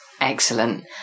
Excellent